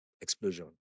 Explosion